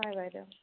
হয় বাইদেউ